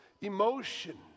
emotion